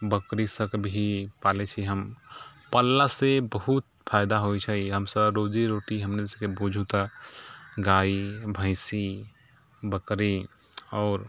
बकरी सबके भी पालै छिए हम पललासँ बहुत फाइदा होइ छै हमसब रोजी रोटी हमरसबके बुझू तऽ गाइए भैँसी बकरी आओर